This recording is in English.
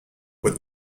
with